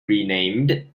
renamed